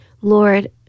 Lord